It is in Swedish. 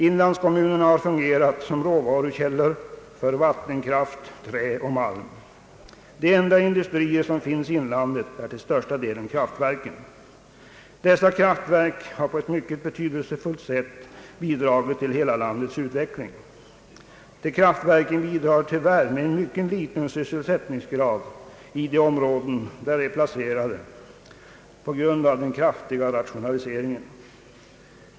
Inlandskommunerna har fungerat som råvarukällor för vattenkraft, trä och malm. De industrier som finns i inlandet är till största delen kraftverken. Dessa har på ett betydelsefullt sätt bidragit till hela landets utveckling. De bidrar dock tyvärr med en mycket liten sysselsättningsgrad i de områden där de är placerade på grund av den kraftiga rationaliseringen.